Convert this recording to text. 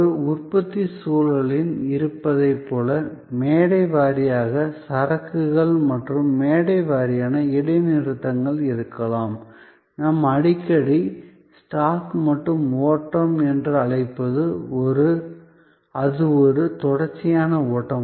ஒரு உற்பத்தி சூழ்நிலையில் இருப்பதைப் போல மேடை வாரியான சரக்குகள் மற்றும் மேடை வாரியான இடைநிறுத்தங்கள் இருக்கலாம் நாம் அடிக்கடி ஸ்டாக் மற்றும் ஓட்டம் என்று அழைப்பது அது ஒரு தொடர்ச்சியான ஓட்டம்